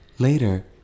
Later